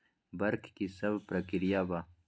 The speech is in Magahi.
वक्र कि शव प्रकिया वा?